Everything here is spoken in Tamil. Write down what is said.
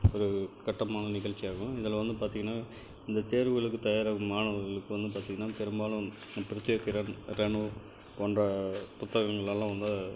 ஒரு கட்டமான நிகழ்ச்சியாகும் இதில் வந்து பார்த்திங்கன்னா இந்த தேர்வுகளுக்கு தயாராகும் மாணவர்களுக்கு வந்து பார்த்திங்கன்னா பெரும்பாலும் பிரத்தியகிரன் ரனு போன்ற புத்தகங்கள் எல்லாம் வந்து